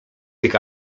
tych